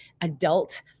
adult